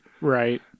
right